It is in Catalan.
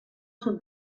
sud